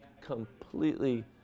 completely